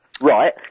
Right